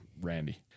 Randy